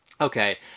Okay